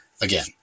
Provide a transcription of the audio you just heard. again